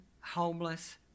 homeless